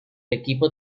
equipo